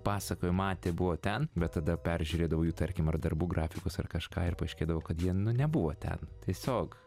pasakojo matė buvo ten bet tada peržiūrėdavo jų tarkim ar darbų grafikus ar kažką ir paaiškėdavo kad jie nu nebuvo ten tiesiog